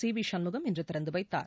C V Shanmugam இன்று திறந்துவைத்தார்